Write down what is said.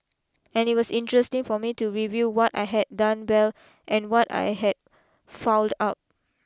and it was interesting for me to review what I had done well and what I had fouled up